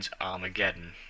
Armageddon